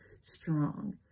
strong